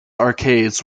arcades